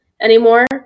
anymore